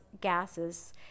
gases